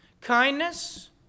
Kindness